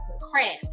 crabs